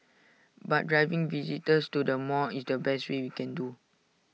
but driving visitors to the mall is the best we can do